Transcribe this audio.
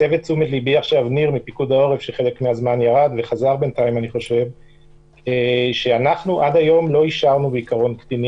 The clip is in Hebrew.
הסב את תשומת ליבי ניר מפיקוד העורף שעד היום אנחנו לא אישרנו קטינים